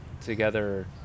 together